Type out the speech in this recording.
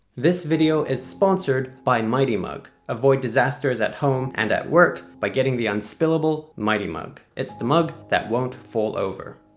this video is sponsored by mighty mug. avoid disasters at home and at work by getting the un-spillable mighty mug. it's the mug that won't fall over.